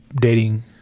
dating